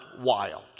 wild